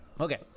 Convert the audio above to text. Okay